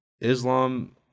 islam